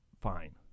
fine